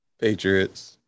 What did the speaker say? Patriots